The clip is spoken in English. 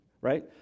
right